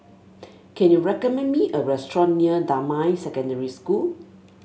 can you recommend me a restaurant near Damai Secondary School